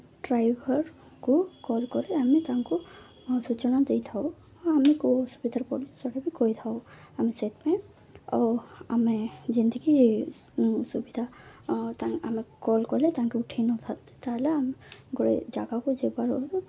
ଡ୍ରାଇଭର୍କୁ କଲ୍ କରି ଆମେ ତାଙ୍କୁ ସୂଚନା ଦେଇଥାଉ ଆମେ କେଉଁ ସୁବିଧା ପଚ ସେଟା ବି କହିଥାଉ ଆମେ ସେଥିପାଇଁ ଆମେ ଯେିତିକି ସୁବିଧା ଆମେ କଲ୍ କଲେ ତାଙ୍କୁେ ଉଠାଇ ନଥାନ୍ତି ତା'ହେଲେ ଆମେ ଗୋଟେ ଜାଗାକୁ ଯାଇପାରୁ